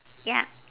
ya